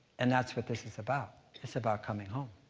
and that's what this is about. it's about coming home.